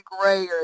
grayer